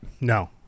No